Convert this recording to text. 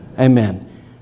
Amen